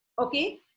Okay